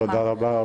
תודה רבה.